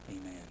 Amen